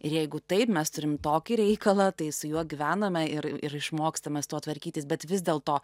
ir jeigu taip mes turim tokį reikalą tai su juo gyvename ir ir išmokstam mes tuo tvarkytis bet vis dėl to